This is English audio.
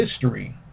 history